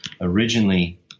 originally